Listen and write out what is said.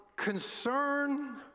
concern